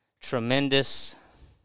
tremendous